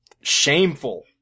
shameful